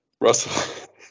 Russell